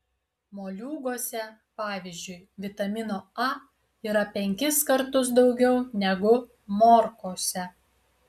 moliūguose pavyzdžiui vitamino a yra penkis kartus daugiau negu morkose